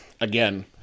again